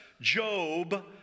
Job